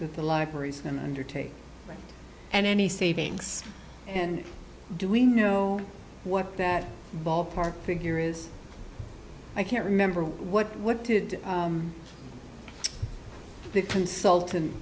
that the libraries and undertake and any savings and do we know what that ballpark figure is i can't remember what what did the consult